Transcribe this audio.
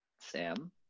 Sam